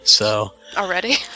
Already